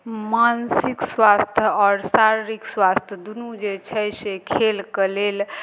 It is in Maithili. मानसिक स्वास्थ्य आओर शारीरिक स्वास्थ्य दुनू जे छै से खेल कऽ लेल